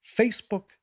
Facebook